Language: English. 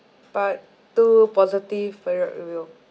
part two positive product review